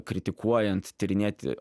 kritikuojant tyrinėti